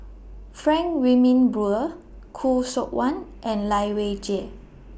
Frank Wilmin Brewer Khoo Seok Wan and Lai Weijie